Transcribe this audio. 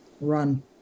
Run